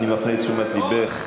אני מפנה את תשומת לבך,